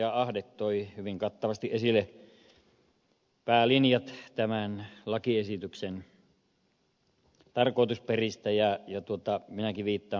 ahde toi hyvin kattavasti esille päälinjat tämän lakiesityksen tarkoitusperistä ja minäkin viittaan muutamiin niistä